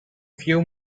few